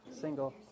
single